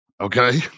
okay